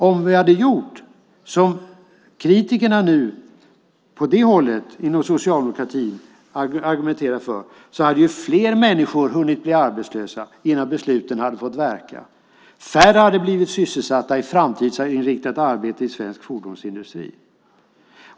Om vi hade gjort som kritikerna nu inom socialdemokratin argumenterar för hade fler människor hunnit bli arbetslösa innan besluten hade fått verka. Färre hade blivit sysselsatta i framtidsinriktat arbete i svensk fordonsindustri.